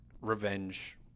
revenge